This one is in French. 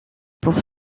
pour